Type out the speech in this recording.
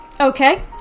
okay